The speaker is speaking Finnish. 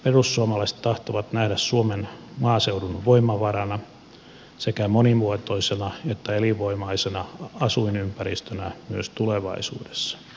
perussuomalaiset tahtovat nähdä suomen maaseudun voimavarana ja sekä monimuotoisena että elinvoimaisena asuinympäristönä myös tulevaisuudessa